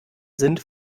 sind